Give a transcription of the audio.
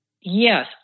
Yes